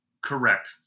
Correct